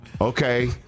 Okay